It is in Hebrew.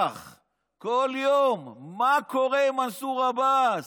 הם במתח כל יום מה קורה עם מנסור עבאס,